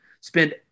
spend